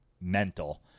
mental